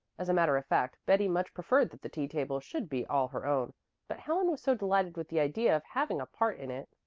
as a matter of fact betty much preferred that the tea-table should be all her own but helen was so delighted with the idea of having a part in it,